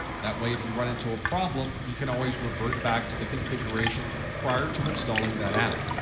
that way, if you run into a problem, you can always revert back to the configuration prior to installing that app.